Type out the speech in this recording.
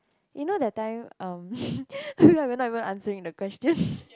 you know that time um feel like we're not even answering the question